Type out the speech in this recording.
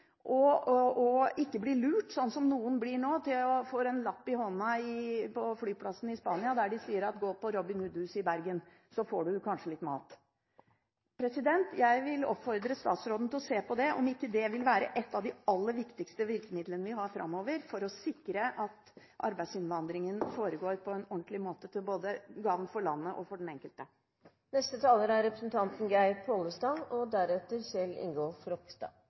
og ikke bli lurt, slik som noen blir nå, der de på flyplassen i Spania får en lapp i hånden som sier: Gå til Robin Hood Huset i Bergen, så får du kanskje litt mat. Jeg vil oppfordre statsråden til å se på om ikke dette vil være et av de aller viktigste virkemidlene vi har framover, for å sikre at arbeidsinnvandringen foregår på en ordentlig måte til gagn både for landet og for den enkelte.